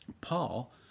Paul